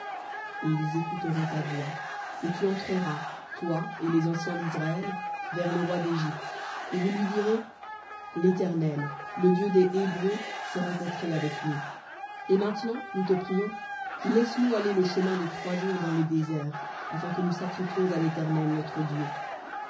et ils écouteront ta voix et tu entreras toi et les anciens d'israël vers le roi d'égypte et vous lui direz l'éternel le dieu des hébreux s'est rencontré avec nous et maintenant nous te prions laisse-nous aller le chemin de trois jours dans le désert afin que nous sacrifiions à l'éternel notre dieu